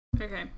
Okay